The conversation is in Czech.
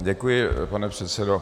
Děkuji, pane předsedo.